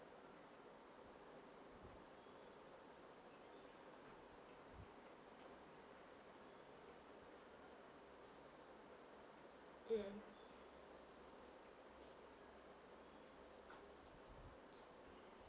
mm